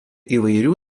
įvairių